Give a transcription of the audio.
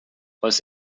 was